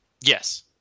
Yes